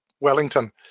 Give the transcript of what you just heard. Wellington